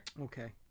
Okay